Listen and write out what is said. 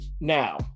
Now